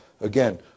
again